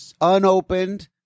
Unopened